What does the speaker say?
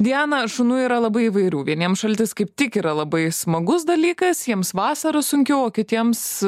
diana šunų yra labai įvairių vieniems šaltis kaip tik yra labai smagus dalykas jiems vasarą sunkiau o kitiems